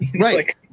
Right